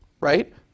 Right